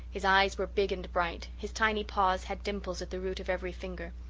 his eyes were big and bright, his tiny paws had dimples at the root of every finger.